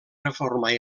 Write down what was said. reformar